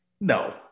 No